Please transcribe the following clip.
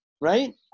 Right